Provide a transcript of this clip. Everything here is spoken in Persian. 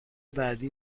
بعدی